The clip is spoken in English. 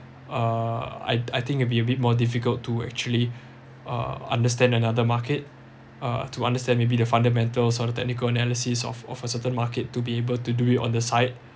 uh I I think it'll be a bit more difficult to actually uh understand another market uh to understand maybe the fundamentals sort of the technical analysis of of a certain market to be able to do it on the side